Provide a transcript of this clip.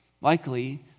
likely